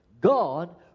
God